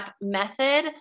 Method